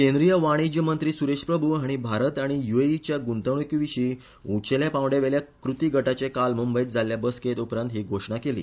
केंद्रीय वाणिज्य मंत्री सुरेश प्रभू हाणी भारत आनी यूएईच्या गुंतवणुकीविशी उंचेल्या पांवड्यावेल्या कृती गटाचे काल मुंबयत जाल्ल्या बसकें उपरात ही घोषणा केली